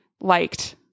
liked